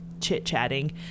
chit-chatting